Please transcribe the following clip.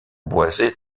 boisée